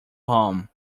home